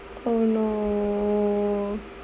oh no